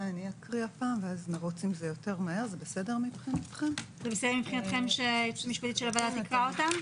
מבחינתכם זה בסדר שהיועצת המשפטית לוועדה תקריא את התקנות?